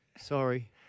Sorry